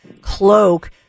cloak